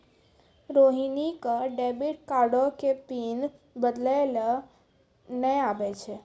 रोहिणी क डेबिट कार्डो के पिन बदलै लेय नै आबै छै